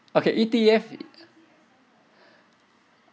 okay E_T_F